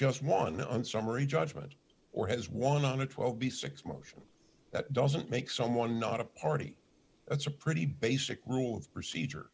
just won on summary judgment or has one on it will be six motion that doesn't make someone not a party that's a pretty basic rule of procedure